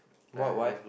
what what